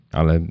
ale